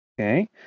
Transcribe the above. Okay